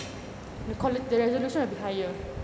the qua~ the resolution will be higher